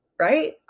right